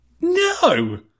no